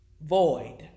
void